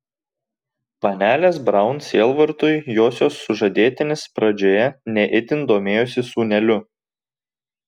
panelės braun sielvartui josios sužadėtinis pradžioje ne itin domėjosi sūneliu